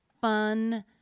fun